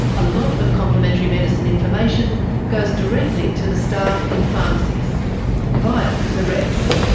a lot of complementary medicine information goes directly to the staff in pharmacies via the reps.